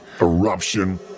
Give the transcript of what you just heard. eruption